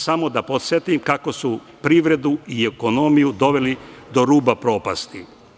Samo da podsetim kako su privredu i ekonomiju doveli do ruba propasti.